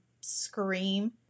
scream